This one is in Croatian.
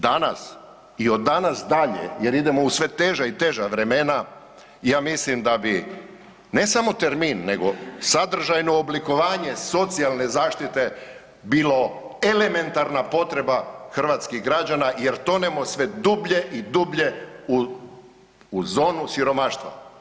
Danas i od danas dalje jer idemo u sve teža i teža vremena ja mislim da bi ne samo termin, nego sadržajno oblikovanje socijalne zaštite bilo elementarna potreba hrvatskih građana jer tonemo sve dublje i dublje u zonu siromaštva.